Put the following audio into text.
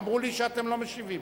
אמרו לי שאתם לא משיבים.